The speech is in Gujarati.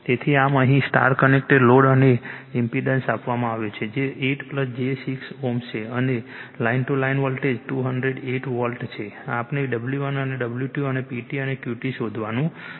તેથી આમ અહીં સ્ટાર કનેક્ટેડ લોડ માટે ઇમ્પેડન્સ આપવામાં આવ્યો છે જે 8 j 6 Ω છે અને line to line voltage 208 volt છે આપણે W1 અને W2 અને PT અને QT શોધવાનું છે